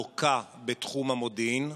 לוקה בתחום המודיעין.